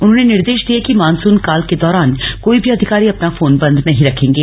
उन्होने निर्देश दिए कि मानसून काल के दौरान कोई भी अधिकारी अपना फोन बंद नहीं रखेंगे